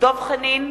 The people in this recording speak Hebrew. דב חנין,